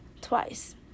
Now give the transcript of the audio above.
twice